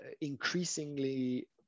increasingly